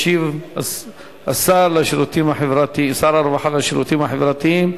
ישיב שר הרווחה והשירותים החברתיים,